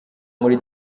muri